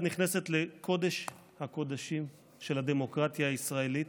את נכנסת לקודש-הקודשים של הדמוקרטיה הישראלית,